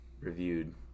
reviewed